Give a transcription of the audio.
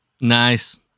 Nice